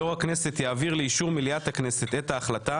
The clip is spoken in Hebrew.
יושב ראש הכנסת יעביר לאישור מליאת הכנסת את ההחלטה